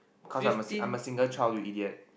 cause I'm a I'm a single child you idiot